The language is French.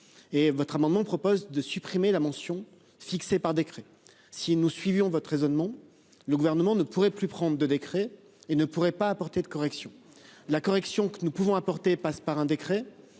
Et votre amendement propose de supprimer la mention fixé par décret. Si nous suivions votre raisonnement. Le gouvernement ne pourrait plus prendre de décret et ne pourrait pas apporter de corrections la correction que nous pouvons apporter passe par un décret.